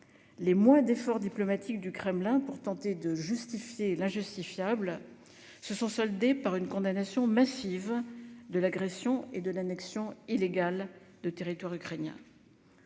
Les mois d'efforts diplomatiques du Kremlin pour tenter de justifier l'injustifiable se sont soldés par une condamnation massive de l'agression et de l'annexion illégale de territoires ukrainiens.